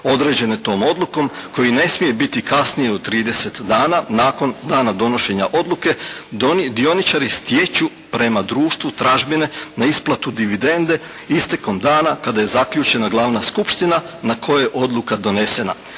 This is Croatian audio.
određene tom odlukom koji ne smije biti kasnije od 30 dana nakon dana donošenja odluke, dioničari stječu prema društvu tražbine na isplatu dividende istekom dana kada je zaključena glavna skupština na kojoj je odluka donesena.